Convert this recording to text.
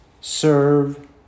serve